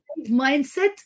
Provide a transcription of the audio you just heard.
mindset